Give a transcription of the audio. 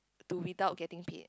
to without getting paid